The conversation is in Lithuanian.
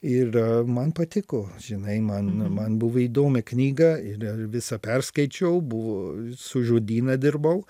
ir man patiko žinai man man buvo įdomi knyga ir visą perskaičiau buvo su žodyna dirbau